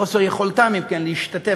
חוסר יכולתם, אם כן, להשתתף